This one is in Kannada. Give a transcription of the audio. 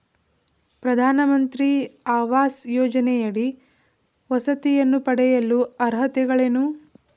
ಪ್ರಧಾನಮಂತ್ರಿ ಆವಾಸ್ ಯೋಜನೆಯಡಿ ವಸತಿಯನ್ನು ಪಡೆಯಲು ಅರ್ಹತೆಗಳೇನು?